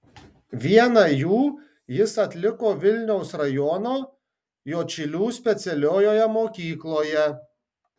vieną jų jis atliko vilniaus rajono juodšilių specialiojoje mokykloje